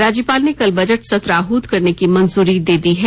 राज्यपाल ने कल बजट सत्र आहुत करने की मंजूरी दे दी है